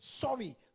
sorry